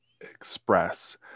express